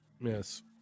Yes